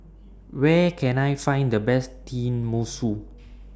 Where Can I Find The Best Tenmusu